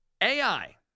AI